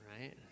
right